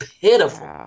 pitiful